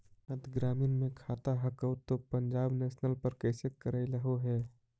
मध्य ग्रामीण मे खाता हको तौ पंजाब नेशनल पर कैसे करैलहो हे?